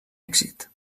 èxit